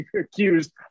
accused